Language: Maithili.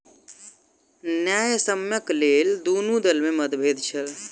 न्यायसम्यक लेल दुनू दल में मतभेद छल